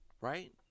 Right